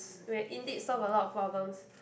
we have indeed solved a lot of problems